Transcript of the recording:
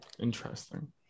interesting